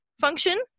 function